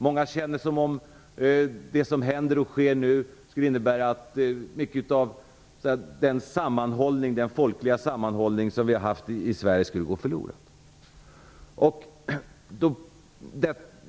Många känner det som om det som nu händer och sker innebär att mycket av den folkliga sammanhållning som vi haft i Sverige skulle gå förlorad.